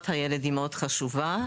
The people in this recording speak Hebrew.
הבנתי שהם גרושים - הם יכולים לבקש.